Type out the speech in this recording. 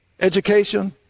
Education